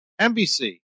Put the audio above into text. NBC